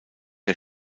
der